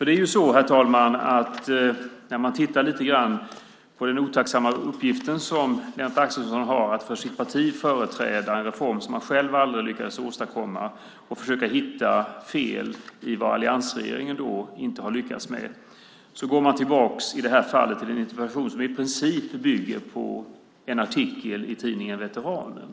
Det är så, herr talman, att när man tittar lite grann på den otacksamma uppgiften som Lennart Axelsson har att för sitt parti företräda en reform som man själv aldrig lyckades åstadkomma och försöka hitta fel i vad alliansregeringen har lyckats med ser man att han i det här fallet går tillbaka till en interpellation som i princip bygger på en artikel i tidningen Veteranen.